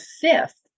fifth